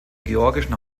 georgischen